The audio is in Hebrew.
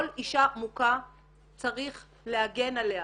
כל אישה מוכה צריך להגן עליה.